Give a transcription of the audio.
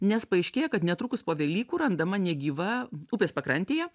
nes paaiškėja kad netrukus po velykų randama negyva upės pakrantėje